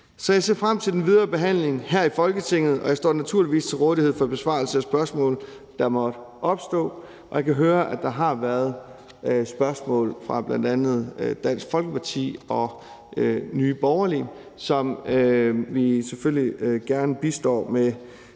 Så jeg ser frem til den videre behandling her i Folketinget, og jeg står naturligvis til rådighed for besvarelse af spørgsmål, der måtte opstå. Og jeg kan høre, at der har været spørgsmål fra bl.a. Dansk Folkeparti og Nye Borgerlige, som vi selvfølgelig gerne bistår med